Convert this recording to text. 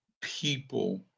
people